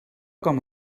com